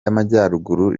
y’amajyaruguru